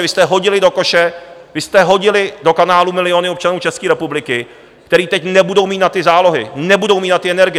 Vy jste hodili do koše, vy jste hodili do kanálu miliony občanů České republiky, kteří teď nebudou mít na ty zálohy, nebudou mít na ty energie.